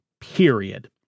period